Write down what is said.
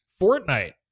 Fortnite